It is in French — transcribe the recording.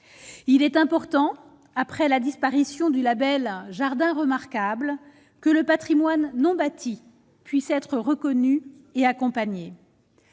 il est important, après la disparition du Label Jardin remarquable que le Patrimoine non bâti puisse être reconnu et accompagner,